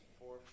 four